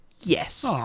yes